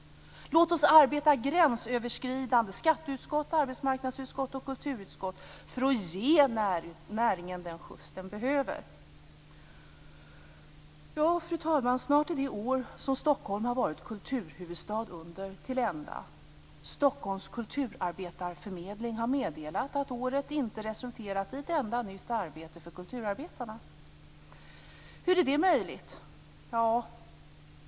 Låt oss arbeta gränsöverskridande - skatteutskott, arbetsmarknadsutskott och kulturutskott - för att ge näringen den skjuts den behöver. Fru talman! Snart är det år till ända då Stockholm har varit kulturhuvudstad. Stockholms kulturarbetarförmedling har meddelat att året inte resulterat i ett enda nytt arbete för kulturarbetarna. Hur är det möjligt?